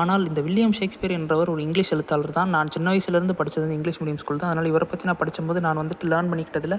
ஆனால் இந்த William Shakespeare என்றவர் ஒரு இங்கிலிஷ் எழுத்தாளர் தான் நான் சின்ன வயசுலேருந்து படித்தது வந்து இங்கிலிஷ் மீடியம் ஸ்கூல் தான் அதனால் இவரை பற்றி நான் படிக்கும் போது நான் வந்துவிட்டு லேர்ன் பண்ணிக்கிட்டத்தில்